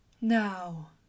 Now